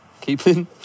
keeping